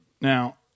Now